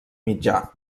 mitjà